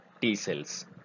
t-cells